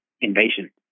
invasion